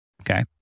okay